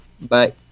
Bye